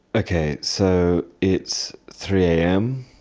okay, so it's three am,